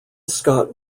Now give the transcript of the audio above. scott